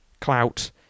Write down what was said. clout